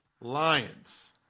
Lions